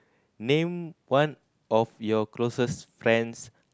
name one of your closest friends